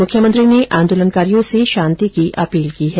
मुख्यमंत्री ने आन्दोलनकारियों से शांति की अपील की है